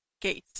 case